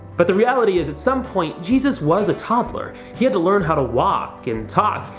but the reality is, at some point jesus was a toddler. he had to learn how to walk and talk,